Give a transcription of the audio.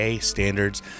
standards